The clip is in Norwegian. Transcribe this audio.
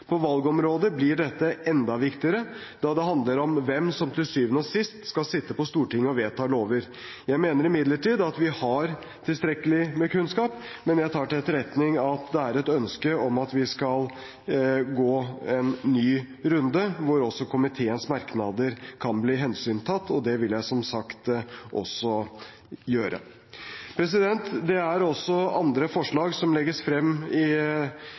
På valgområdet blir dette enda viktigere, da det handler om hvem som til syvende og sist skal sitte på Stortinget og vedta lover. Jeg mener imidlertid at vi har tilstrekkelig med kunnskap, men jeg tar til etterretning at det er et ønske om at vi skal gå en ny runde hvor også komiteens merknader kan bli hensyntatt, og det vil jeg som sagt også gjøre. Det er også andre forslag som legges frem i